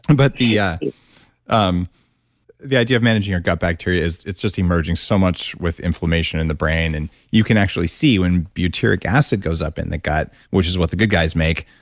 and but the yeah um the idea of managing your gut bacteria it's just emerging so much with inflammation in the brain and you can actually see when butyric acid goes up in the gut, which is what the good guys make,